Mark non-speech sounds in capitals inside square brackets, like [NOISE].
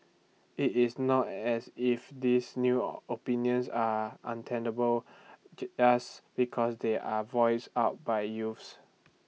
IT is not as if these new [NOISE] opinions are untenable just because they are voiced out by youths